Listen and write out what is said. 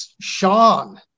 Sean